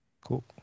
Cool